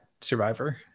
Survivor